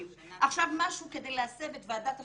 עכשיו משהו כדי להסב את ועדת החינוך.